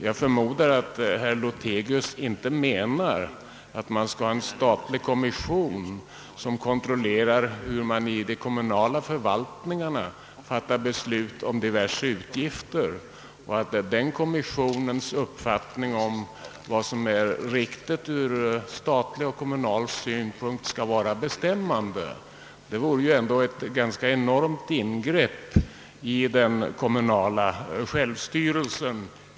Jag förmodar att herr Lothigius inte menar att man skall ha en statlig kommission, som kontrollerar hur de kommunala förvaltningarna fattar beslut om diverse utgifter, och att sedan kommissionens uppfattning om vad som är riktigt ur statlig och kommunal synpunkt skall bli bestämmande. Det skulle ju vara ett enormt ingrepp i den kommunala självstyrelsen.